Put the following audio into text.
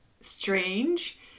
strange